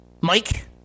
Mike